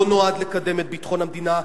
לא נועד לקדם את ביטחון המדינה.